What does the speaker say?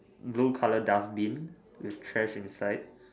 blue color dustbin with trash inside